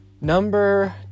Number